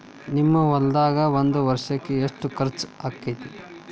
ನಿಮ್ಮ ಹೊಲ್ದಾಗ ಒಂದ್ ವರ್ಷಕ್ಕ ಎಷ್ಟ ಖರ್ಚ್ ಆಕ್ಕೆತಿ?